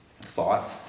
thought